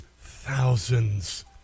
thousands